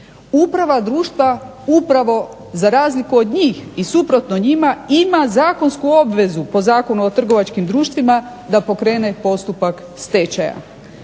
Uprava društva upravo za razliku od njih i suprotno njima ima zakonsku obvezu po Zakonu o trgovačkim društvima da pokrene postupak stečaja.